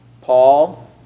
paul